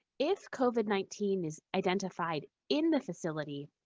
if covid nineteen is identified in the facility,